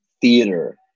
theater